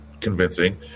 convincing